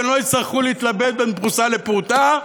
והם לא יצטרכו להתלבט בין פרוסה לפרוטה,